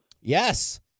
Yes